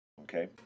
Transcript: okay